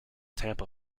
tampa